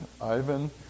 Ivan